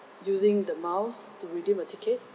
using the miles to redeem a ticket